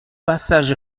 passage